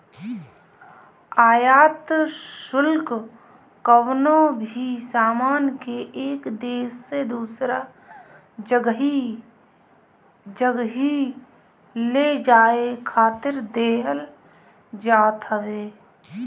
आयात शुल्क कवनो भी सामान के एक देस से दूसरा जगही ले जाए खातिर देहल जात हवे